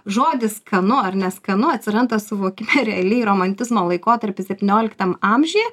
žodis skanu ar neskanu atsiranda suvoki realiai romantizmo laikotarpį septynioliktam amžiuje